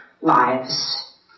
lives